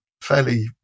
fairly